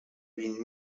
vint